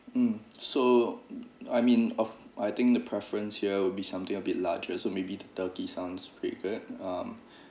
mm so mm I mean of I think the preference here will be something a bit larger so maybe the turkey sounds pretty good um